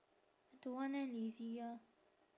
don't want eh lazy ah